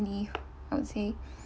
leave I would say